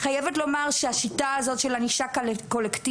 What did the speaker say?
חייבת לומר שהשיטה הזאת של ענישה קולקטיבית,